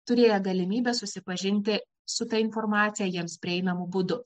turėjo galimybę susipažinti su ta informacija jiems prieinamu būdu